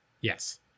Yes